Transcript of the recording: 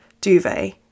duvet